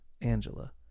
angela